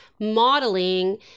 modeling